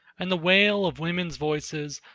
and the wail of women's voices,